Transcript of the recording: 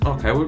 Okay